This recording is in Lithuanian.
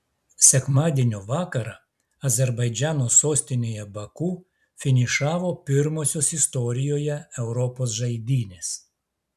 sekmadienio vakarą azerbaidžano sostinėje baku finišavo pirmosios istorijoje europos žaidynės